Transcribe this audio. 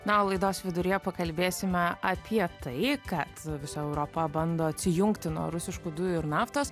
na o laidos viduryje pakalbėsime apie tai kad visa europa bando atsijungti nuo rusiškų dujų ir naftos